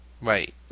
Right